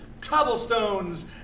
cobblestones